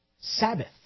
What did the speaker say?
Sabbath